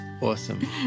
awesome